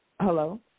hello